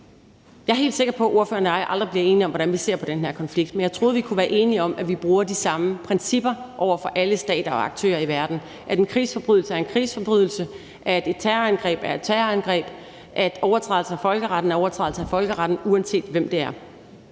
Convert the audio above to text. Jeg er helt sikker på, at ordføreren og jeg aldrig bliver enige om, hvordan vi ser på den her konflikt, men jeg troede, vi kunne være enige om, at vi bruger de samme principper over for alle stater og aktører i verden; at en krigsforbrydelse er en krigsforbrydelse, at et terrorangreb er et terrorangreb, at overtrædelse af folkeretten er overtrædelse af folkeretten, uanset hvem det er.